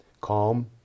calm